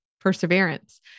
perseverance